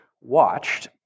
watched